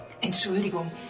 Entschuldigung